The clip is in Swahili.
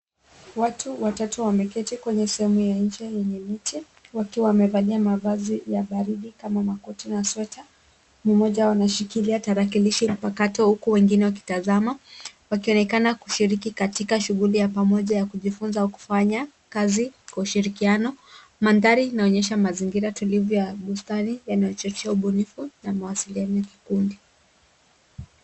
Watu watatu wameketi kwenye sehemu ya nje yenye miti, wakiwa wamevalia mavazi ya baridi kama makoti na sweta. Mmoja wao anashikilia tarakilishi mpakato huku wengine wakitazama, wakionekana kushiriki katika shughuli ya pamoja ya kujifunza kufanya kazi kwa ushirikiano. Mandhari inaonyesha mazingira tulivu ya bustani yanayochochea ubunifu na mawasiliano ya kikundi.